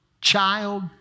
child